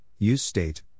useState